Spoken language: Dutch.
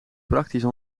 praktisch